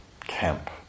camp